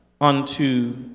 unto